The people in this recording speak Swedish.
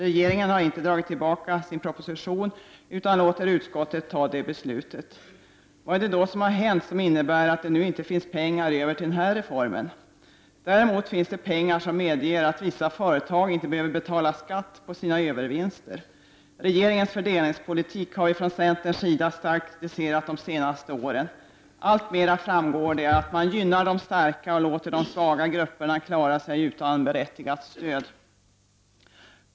Regeringen har inte dragit tillbaka sin proposition utan låter utskottet ta ställning. Vad är det då som har hänt som innebär att det nu inte finns pengar över till denna reform? Däremot finns det pengar som medger att vissa företag inte behöver betala skatt på sina övervinster. Regeringens fördelningspolitik har vi i centern starkt kritiserat under de senaste åren. Allt tydligare framgår det att man gynnar de starka och låter de svaga grupperna klara sig utan berättigat stöd.